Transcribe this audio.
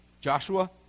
Joshua